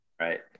right